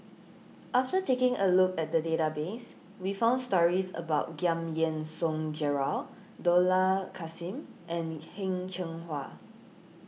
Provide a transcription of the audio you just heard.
after taking a look at the database we found stories about Giam Yean Song Gerald Dollah Kassim and Heng Cheng Hwa